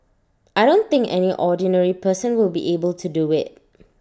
I don't think any ordinary person will be able to do IT